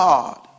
God